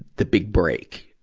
the big break.